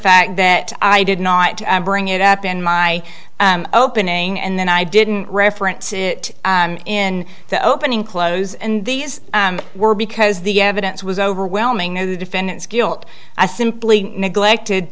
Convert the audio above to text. fact that i did not bring it up in my opening and then i didn't reference it in the opening close and these were because the evidence was overwhelming the defendant's guilt i simply neglected